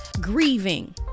grieving